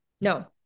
No